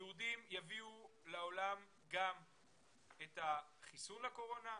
היהודים יביאו לעולם גם החיסון לקורונה,